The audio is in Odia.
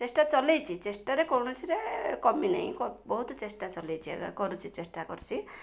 ଚେଷ୍ଟା ଚଲାଇଛି ଚେଷ୍ଟାରେ କୌଣସି ରେ କମି ନାହିଁ ବହୁତ ଚେଷ୍ଟା ଚଲାଇଛି ଆକା କରୁଛି ଚେଷ୍ଟା କରୁଛି